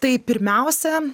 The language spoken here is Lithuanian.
tai pirmiausia